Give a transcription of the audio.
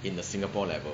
in the singapore level